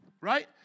Right